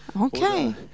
Okay